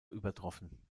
übertroffen